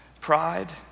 pride